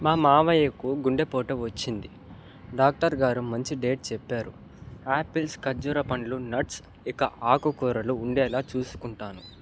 మా మావయ్యకు గుండెపోటు వచ్చింది డాక్టర్ గారు మంచి డైట్ చెప్పారు యాపిల్స్ ఖర్జూర పండ్లు నట్స్ ఇక ఆకుకూరలు ఉండేలా చూసుకుంటాను